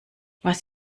was